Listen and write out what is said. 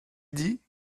dit